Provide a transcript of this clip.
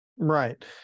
right